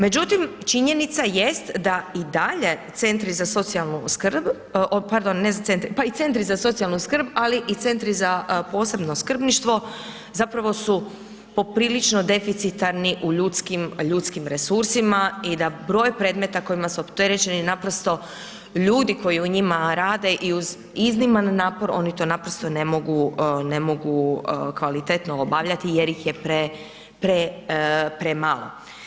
Međutim, činjenica jest da i dalje centri za socijalnu skrb, pardon, pa i centri za socijalnu skrb, ali i centri za posebno skrbništvo zapravo su poprilično deficitarni u ljudskim resursima i da broj predmeta kojima su opterećeni naprosto ljudi koji u njima rade i uz izniman napor oni to naprosto ne mogu kvalitetno obavljati jer ih je premalo.